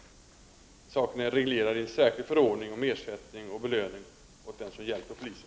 Den saken är reglerad i en särskild förordning om ersättning och belöning åt den som hjälper polisen.